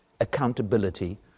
accountability